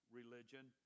religion